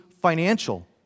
financial